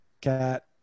cat